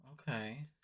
okay